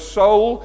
soul